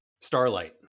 Starlight